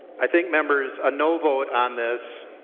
i think members a no vote on this